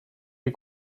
les